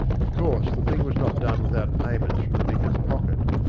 of course the thing was not done without payments from the vicar's pocket.